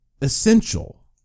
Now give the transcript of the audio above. essential